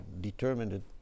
determined